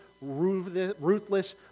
ruthless